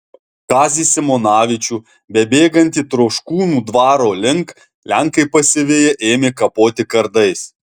kazį simonavičių bebėgantį troškūnų dvaro link lenkai pasiviję ėmė kapoti kardais